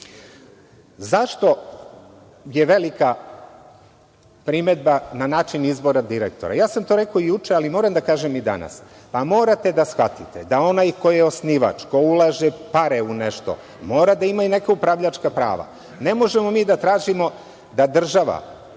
je velika primedba na način izbora direktora? Ja sam to rekao i juče, ali moram da kažem i danas. Morate da shvatite da onaj ko je osnivač, ko ulaže pare u nešto, mora da ima i neka upravljačka prava. Ne možemo mi da tražimo da država